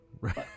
Right